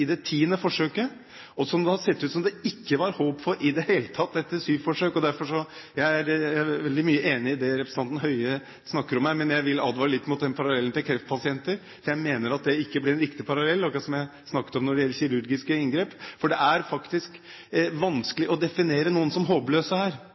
som det har sett ut som om det ikke var håp for i det hele tatt etter sju forsøk. Jeg er veldig enig i mye av det representanten Høie snakker om her, men jeg vil advare litt mot den parallellen til kreftpasienter. Jeg mener at det ikke blir en riktig parallell, akkurat som det jeg sa om kirurgiske inngrep. Det er faktisk vanskelig å definere noen som håpløse. De kan virke som håpløse i noen faser, og så plutselig 15 år senere framstår faktisk